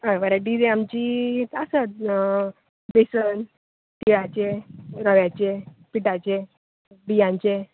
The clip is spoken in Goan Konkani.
हय वरायटीज आमची आसात बेसन तिळाचे रव्याचे पिटाचे बियांचे